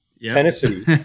Tennessee